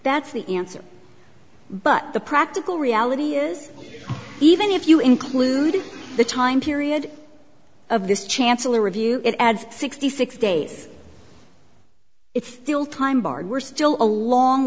that's the answer but the practical reality is even if you include the time period of this chancellor review it adds sixty six days it's still time barred we're still a long